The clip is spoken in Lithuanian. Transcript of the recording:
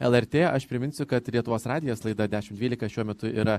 lrt aš priminsiu kad lietuvos radijas laida dešimt dvylika šiuo metu yra